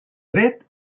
dret